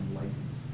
license